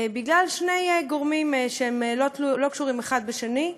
בגלל שני גורמים שלא קשורים אחד בשני: